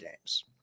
games